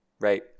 right